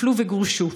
הופלו וגורשו.